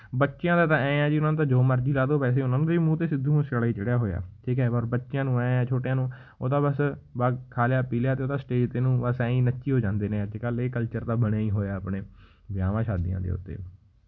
ਬੱਚਿਆਂ ਦਾ ਤਾਂ ਐਂ ਜੀ ਉਹਨਾਂ ਨੂੰ ਤਾਂ ਜੋ ਮਰਜ਼ੀ ਲਾ ਦਿਉ ਵੈਸੇ ਉਹਨਾਂ ਨੂੰ ਵੀ ਮੂੰਹ 'ਤੇ ਸਿੱਧੂ ਮੂਸੇ ਵਾਲਾ ਹੀ ਚੜ੍ਹਿਆ ਹੋਇਆ ਠੀਕ ਹੈ ਪਰ ਬੱਚਿਆਂ ਨੂੰ ਐਂ ਹੈ ਛੋਟਿਆਂ ਨੂੰ ਉਹ ਤਾਂ ਬਸ ਬਾ ਖਾ ਲਿਆ ਪੀ ਲਿਆ ਅਤੇ ਉਹਦਾ ਸਟੇਜ 'ਤੇ ਨੂੰ ਬਸ ਐਂ ਹੀ ਨੱਚੀ ਓ ਜਾਂਦੇ ਨੇ ਅੱਜ ਕੱਲ੍ਹ ਇਹ ਕਲਚਰ ਤਾਂ ਬਣਿਆ ਹੀ ਹੋਇਆ ਆਪਣੇ ਵਿਆਹਾਂ ਸ਼ਾਦੀਆਂ ਦੇ ਉੱਤੇ